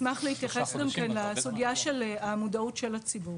אני אשמח להתייחס גם כן לסוגיה של המודעות של הציבור.